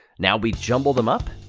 now we jumble them up.